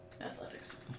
Athletics